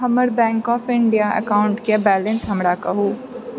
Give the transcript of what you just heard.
हमर bank of India अकाउंटके balance हमरा कहू